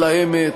תספר להם מה,